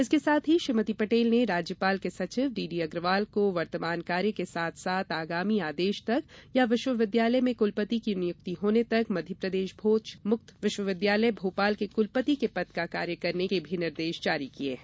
इसके साथ ही श्रीमती पटेल ने राज्यपाल के सचिव डीडीअग्रवाल को वर्तमान कार्य के साथ साथ आगामी आदेश तक अथवा विश्वविद्यालय में कुलपति की नियुक्ति होने तक मध्यप्रदेश भोज मुक्त विश्विद्यालय भोपाल के कुलपति के पद का कार्य करने के भी निर्देश जारी किए है